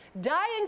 Dying